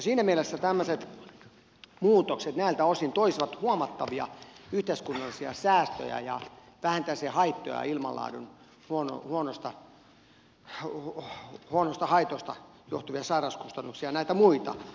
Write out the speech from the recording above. siinä mielessä tämmöiset muutokset näiltä osin toisivat huomattavia yhteiskunnallisia säästöjä ja vähentäisivät huonon ilmanlaadun haitoista johtuvia sairauskustannuksia ja näitä muita